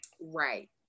right